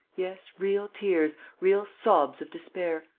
yes, real tears, real sobs of despair.